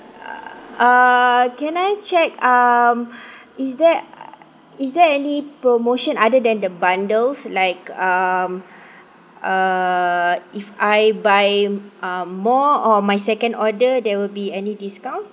uh can I check um is there is there any promotion other than the bundles like um uh if I buy uh more or my second order there will be any discount